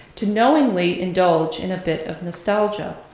to knowingly indulge in a bit of nostalgia.